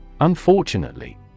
Unfortunately